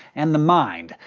and the mind,